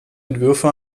entwürfe